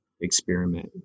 experiment